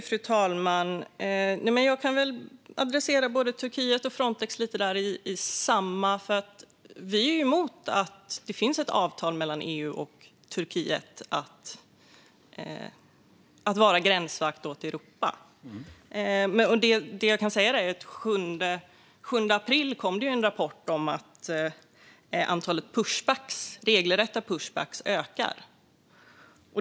Fru talman! Jag tar upp både Turkiet och Frontex på samma gång. Vi är emot att det ska finnas ett avtal med Turkiet om att vara gränsvakt åt Europa. Den 7 april kom en rapport om att antalet regelrätta pushbacks ökar.